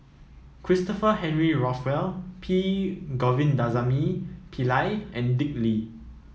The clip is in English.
Christopher Henry Rothwell P Govindasamy Pillai and Dick Lee